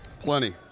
Plenty